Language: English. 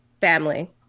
family